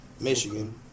Michigan